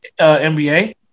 NBA